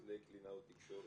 כרמי מתנגדת לקלינאות תקשורת,